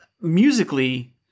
musically